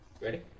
Ready